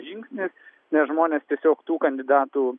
žingsnis nes žmonės tiesiog tų kandidatų